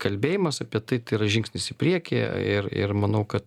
kalbėjimas apie tai tai yra žingsnis į priekį ir ir manau kad